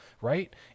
right